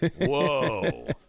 Whoa